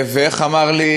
ואיך אמר לי,